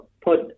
put